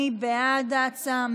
מי בעד ההצעה?